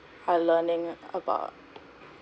are learning about